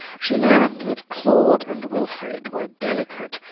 she learned that claude and wilfrid were delicate,